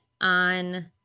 on